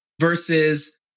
versus